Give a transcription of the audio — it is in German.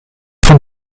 von